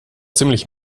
ziemlich